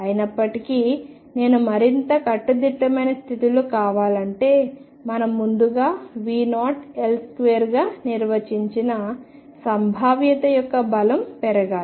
అయినప్పటికీ నేను మరింత కట్టుదిట్టమైన స్థితులు కావాలంటే మనం ముందుగా V0L2 గా నిర్వచించిన సంభావ్యత యొక్క బలం పెరగాలి